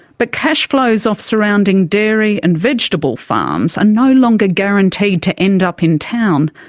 but cash flows off surrounding dairy and vegetable farms are no longer guaranteed to end up in town.